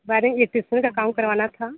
wiring का काम करवाना था